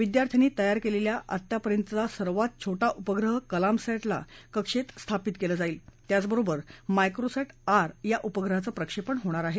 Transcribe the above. विद्यार्थ्यांनी तयार केलेल्या आतापर्यंतचा सर्वात छो उपग्रह कलामसॅ ला कक्षेत स्थापित केलं जाईल त्याचबरोबर मायक्रोसॅंध्आर उपग्रहाचं प्रक्षेपण होणार आहे